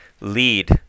lead